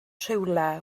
rhywle